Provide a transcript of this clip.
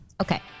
okay